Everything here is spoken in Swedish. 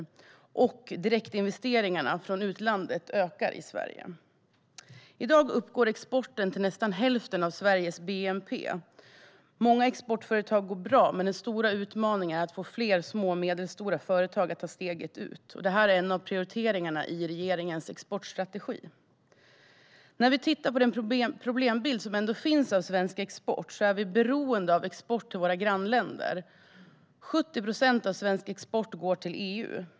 Dessutom ökar direktinvesteringarna från utlandet. I dag uppgår exporten till nästan hälften av Sveriges bnp. Många exportföretag går bra, men en stor utmaning är att få fler små och medelstora företag att ta steget ut. Detta är en av prioriteringarna i regeringens exportstrategi. Problembilden för svensk export är att vi är beroende av export till länderna i vårt närområde. 70 procent av svensk export går till EU.